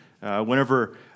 whenever